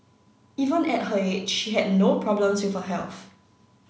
even at her age she had no problems with her health